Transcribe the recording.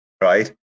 right